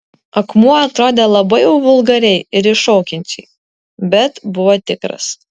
akmuo atrodė labai jau vulgariai ir iššaukiančiai bet buvo tikras